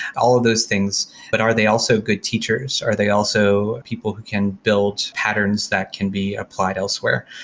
all of those things, but are they also good teachers? are they also people who can build patterns that can be applied elsewhere?